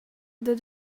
that